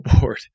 board